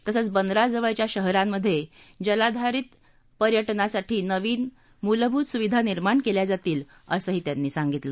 तसंच बंदराजवळच्या शहरांमधे जलधारित पर्याज्ञासाठी नवीन मूलभूत सुविधा निर्माण केल्या जातील असंही त्यांनी सांगितलं